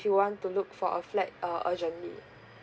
you want to look for a flat uh urgently